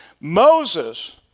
Moses